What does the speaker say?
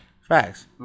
Facts